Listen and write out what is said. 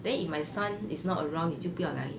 then if my son is not around 你就不要来